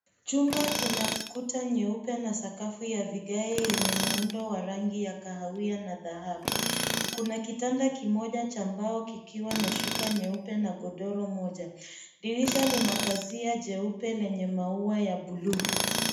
Chumba kina kuta nyeupe na sakafu ya vigae yenye muundo wa rangi ya kahawia na dhahabu. Kuna kitanda kimoja cha mbao kikiwa na shuka nyeupe na godoro moja. Dirisha lina pazia jeupe lenye maua ya buluu .